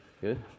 good